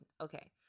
Okay